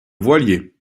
voilier